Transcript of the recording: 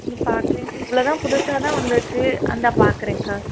இந்தா பார்க்குறேன் இவ்வளோதான் புதுசாகதான் வந்திருக்கு அந்தா பார்க்குறேன்க்கா